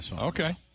Okay